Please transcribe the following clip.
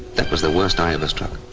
that was the worst i ever struck,